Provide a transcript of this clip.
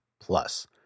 plus